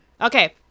okay